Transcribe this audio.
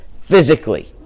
physically